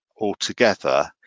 altogether